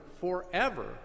forever